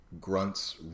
grunts